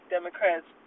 Democrats